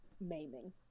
maiming